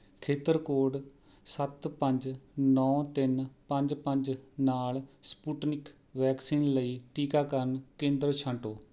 ਖੇਤਰ ਕੋਡ ਸੱਤ ਪੰਜ ਨੌਂ ਤਿੰਨ ਪੰਜ ਪੰਜ ਨਾਲ ਸਪੁਟਨਿਕ ਵੈਕਸੀਨ ਲਈ ਟੀਕਾਕਰਨ ਕੇਂਦਰ ਛਾਂਟੋ